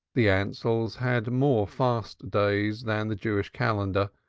the ansells had more fast days than the jewish calendar,